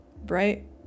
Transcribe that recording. bright